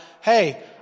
Hey